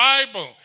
Bible